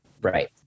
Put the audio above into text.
Right